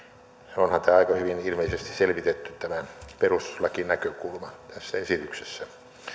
onhan aika hyvin ilmeisesti selvitetty tämä perustuslakinäkökulma tässä esityksessä